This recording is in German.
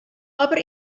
aber